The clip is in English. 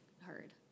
heard